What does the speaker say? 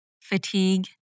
fatigue